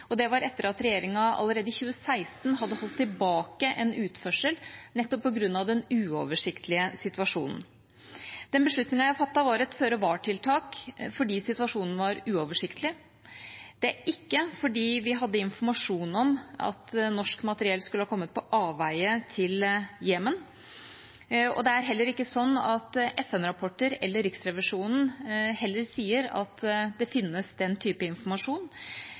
og det var etter at regjeringa allerede i 2016 hadde holdt tilbake en utførsel, nettopp på grunn av den uoversiktlige situasjonen. Den beslutningen jeg fattet, var et føre-var-tiltak, fordi situasjonen var uoversiktlig. Det er ikke fordi vi hadde informasjon om at norsk materiell skulle ha kommet på avveie til Jemen. Det er heller ikke sånn at FN-rapporter eller Riksrevisjonen sier at det finnes den type informasjon.